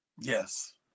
Yes